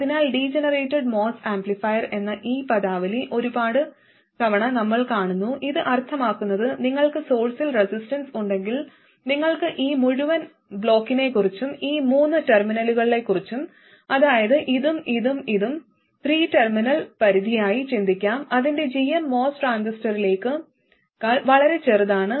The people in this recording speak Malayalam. അതിനാൽ ഡീജനറേറ്റഡ് MOS ആംപ്ലിഫയർ എന്ന ഈ പദാവലി ഒരുപാട് തവണ നമ്മൾ കാണുന്നു ഇത് അർത്ഥമാക്കുന്നത് നിങ്ങൾക്ക് സോഴ്സിൽ റെസിസ്റ്റൻസ് ഉണ്ടെങ്കിൽ നിങ്ങൾക്ക് ഈ മുഴുവൻ ബ്ലോക്കിനെക്കുറിച്ചും ഈ മൂന്ന് ടെർമിനലുകളെക്കുറിച്ചും അതായത് ഇതും ഇതും ഇതും ത്രീ ടെർമിനൽ പരിധിയായി ചിന്തിക്കാം അതിന്റെ gm MOS ട്രാൻസിസ്റ്ററിനേക്കാൾ വളരെ ചെറുതാണ്